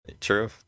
true